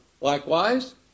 likewise